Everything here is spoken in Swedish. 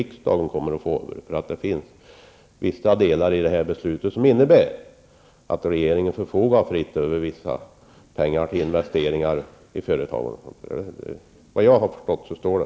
Vissa delar av förslaget innebär att regeringen kommer att fritt få förfoga över vissa pengar till investeringar i företag. Så har jag tolkat det.